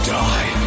die